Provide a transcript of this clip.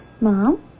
Mom